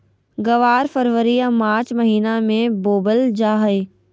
ग्वार फरवरी या मार्च महीना मे बोवल जा हय